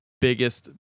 biggest